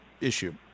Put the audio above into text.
issue